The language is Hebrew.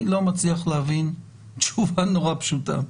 אני לא מצליח להבין תשובה פשוטה: